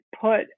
put